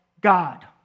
God